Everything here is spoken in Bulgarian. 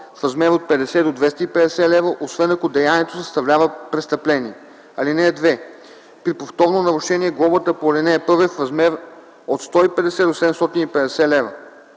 в размер от 50 до 250 лв., освен ако деянието съставлява престъпление. (2) При повторно нарушение глобата по ал. 1 е в размер от 150 до 750 лв.